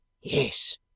Yes